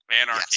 Anarchy